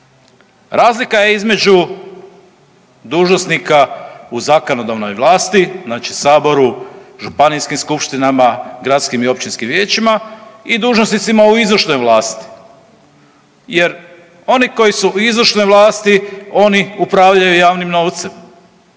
Razlika između dužnosnika u zakonodavnoj vlasti znači Saboru, županijskim skupštinama, gradskim i općinskim vijećima i dužnosnicima u izvršnoj vlasti jer oni koji su u izvršnoj vlasti oni upravljaju javnim novcem